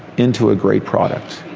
into a great product,